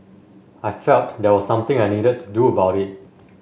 I felt there was something I needed to do about it